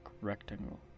rectangle